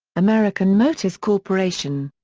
american motors corporation.